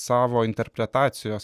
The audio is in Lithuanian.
savo interpretacijos